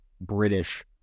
British